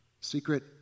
secret